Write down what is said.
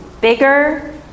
bigger